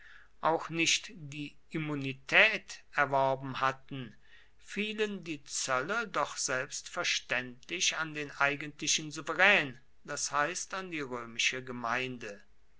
auch nicht die immunität erworben hatten fielen die zölle doch selbstverständlich an den eigentlichen souverän das heißt an die römische gemeinde